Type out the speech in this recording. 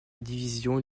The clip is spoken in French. division